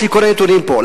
יש לי כל הנתונים פה.